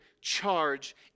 charge